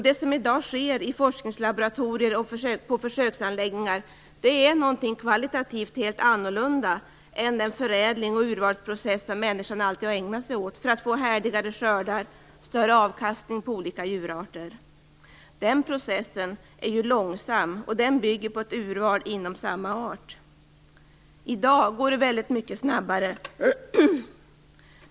Det som i dag sker i forskningslaboratorier och på försöksanläggningar är något kvalitativt helt annat än den förädling och urvalsprocess som människan alltid har ägnat sig åt för att få härdigare skördar och större avkastning från olika djurarter. Den processen är långsam och den bygger på ett urval inom samma eller närbesläktade arter. I dag går det mycket snabbare.